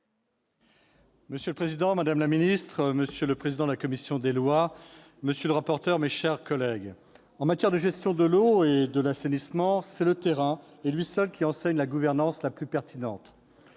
Monsieur le président, madame la ministre, monsieur le président de la commission des lois, monsieur le rapporteur, mes chers collègues, en matière de gestion de l'eau et de l'assainissement, c'est le terrain, et lui seul, qui enseigne la gouvernance la plus pertinente.